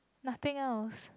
nothing else